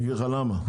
אני אגיד לך למה,